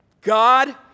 God